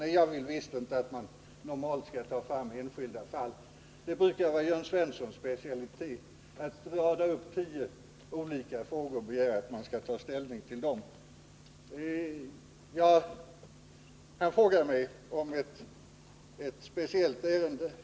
Nej, jag vill visst inte att man normalt skall ta fram enskilda fall. Det brukar vara Jörn Svenssons specialitet att rada upp tio olika frågor och begära att man skall ta ställning till dem: Jörn Svensson frågar mig om ett speciellt ärende.